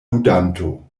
ludanto